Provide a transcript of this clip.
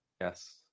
Yes